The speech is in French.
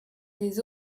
des